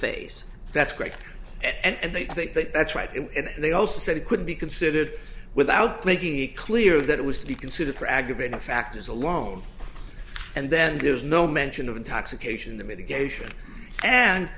face that's great and they think that that's right and they also said it could be considered without making it clear that it was to be considered for aggravating factors alone and then there's no mention of intoxication the mitigation and